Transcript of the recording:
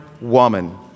woman